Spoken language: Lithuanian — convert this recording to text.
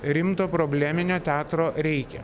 rimto probleminio teatro reikia